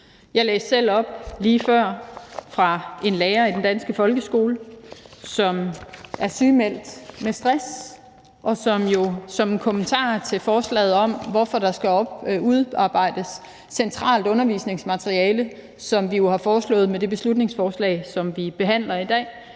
Jeg læste selv op lige før fra en lærer i den danske folkeskole, som er sygemeldt med stress, og som jo som en kommentar til forslaget om, at der skal udarbejdes centralt undervisningsmateriale, som vi jo har foreslået med det beslutningsforslag, som vi behandler i dag,